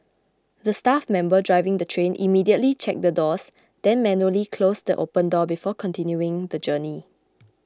the staff member driving the train immediately checked the doors then manually closed the open door before continuing the journey